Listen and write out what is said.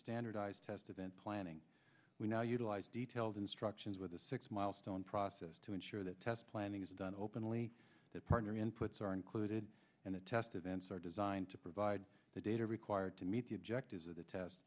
standardize test event planning we now utilize detailed instructions with the six milestone process to ensure that test planning is done openly that partner inputs are included in the test events are designed to provide the data required to meet the objectives of the test